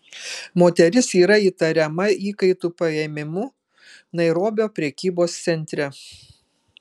moteris yra įtariama įkaitų paėmimu nairobio prekybos centre